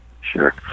Sure